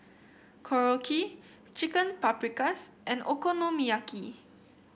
Korokke Chicken Paprikas and Okonomiyaki